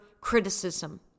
criticism